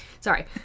Sorry